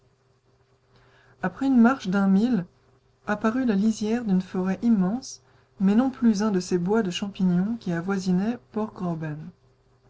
après une marche d'un mille apparut la lisière d'une forêt immense mais non plus un de ces bois de champignons qui avoisinaient